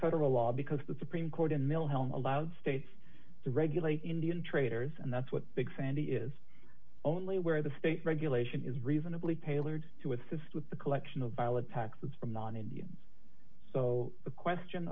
federal law because the supreme court in mill helm allowed states to regulate indian traders and that's what big sandy is only where the state regulation is reasonably tailored to assist with the collection of violent taxes from non indians so the question